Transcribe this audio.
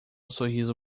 sorriso